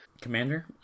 Commander